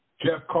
Jeff